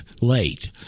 late